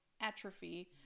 atrophy